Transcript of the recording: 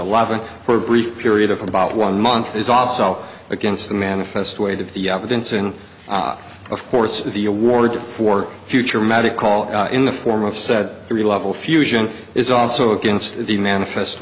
eleven for a brief period of about one month is also against the manifest weight of the evidence and of course the award for future medic call in the form of said three level fusion is also against the manifest